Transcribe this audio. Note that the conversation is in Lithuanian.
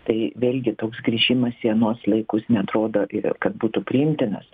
tai vėlgi toks grįžimas į anuos laikus neatrodo kad būtų priimtinas